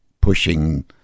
pushing